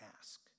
ask